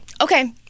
Okay